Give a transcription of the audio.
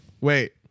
wait